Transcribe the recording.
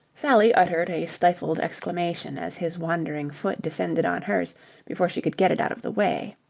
sally uttered a stifled exclamation as his wandering foot descended on hers before she could get it out of the way.